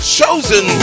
chosen